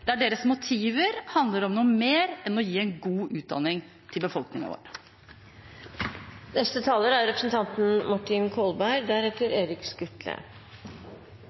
der deres motiver handler om noe mer enn å gi en god utdanning til befolkningen vår. Den saken som Stortinget behandler nå, er